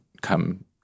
come –